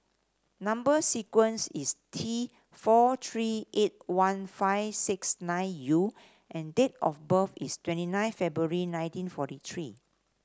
number sequence is T four three eight one five six nine U and date of birth is twenty nine February nineteen forty three